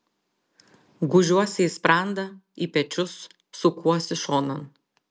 gūžiuosi į sprandą į pečius sukuosi šonan